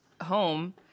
home